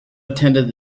attended